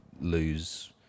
lose